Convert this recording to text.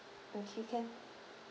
okay can